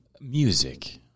Music